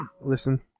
listen